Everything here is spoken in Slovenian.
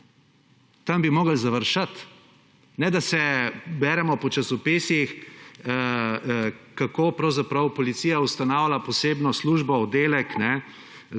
Tam bi moglo završat, ne da se beremo po časopisih, kako pravzaprav policija ustanavlja posebno službo, oddelek, za